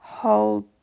Hold